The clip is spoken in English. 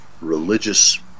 religious